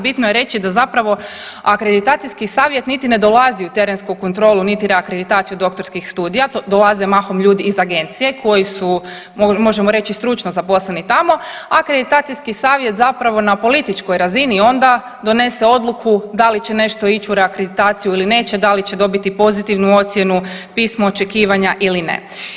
Bitno je reći da zapravo akreditacijski savjet niti ne dolazi u terensku kontrolu, niti reakreditaciju doktorskih studija, dolaze mahom ljudi iz agencije koji su možemo reći stručno zaposleni tamo, a akreditacijski savjet zapravo na političkoj razini onda donese odluku da li će nešto ić u akreditaciju ili neće, da li će dobiti pozitivnu ocjenu, pismo očekivanja ili ne.